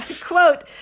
Quote